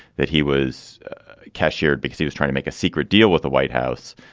that he was cashiered because he was tried to make a secret deal with the white house.